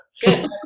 good